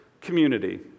community